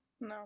No